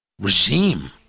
Regime